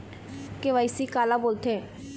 KYC काला बोलथें?